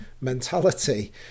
mentality